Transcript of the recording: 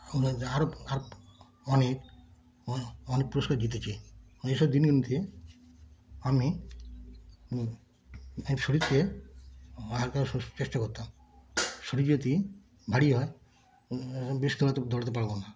ওগুলো যা আরও আরও অনেক অনে অনেক পুরস্কার জিতেছি এইসব দিনগুলোতে আমি আমি শরীরকে হালকা রাখার চেষ্টা করতাম শরীর যদি ভারি হয় বেশি জোরে তো দৌড়োতে পারব না